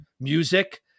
music